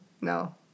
no